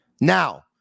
Now